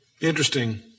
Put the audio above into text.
Interesting